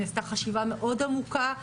נעשתה חשיבה מאוד עמוקה,